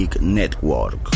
Network